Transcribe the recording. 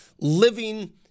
living